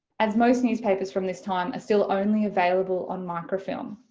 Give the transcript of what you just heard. as most newspapers from this time are still only available on microfilm